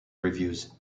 reviews